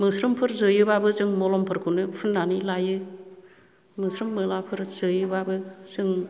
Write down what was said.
मोस्रोमफोर जोयोबाबो जों मलमफोरखौनो फुननानै लायो मोस्रोम मोलाफोर जोयोबाबो जों